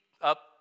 up